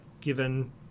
given